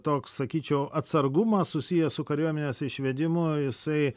toks sakyčiau atsargumas susijęs su kariuomenės išvedimu jisai